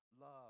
love